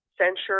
censure